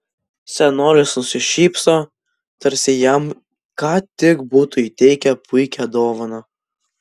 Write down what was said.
senolis nusišypso tarsi jam ką tik būtų įteikę puikią dovaną